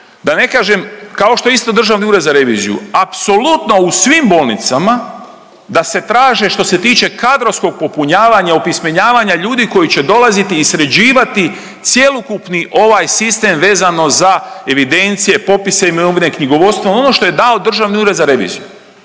da ne kažem, kao što isto Državni ured za reviziju apsolutno u svim bolnicama da se traže što se tiče kadrovskog popunjavanja, opismenjavanja ljudi koji će dolaziti i sređivati cjelokupni ovaj sistem vezano za evidencije, popise imovine, knjigovodstvo, ono što je dao Državni ured za reviziju.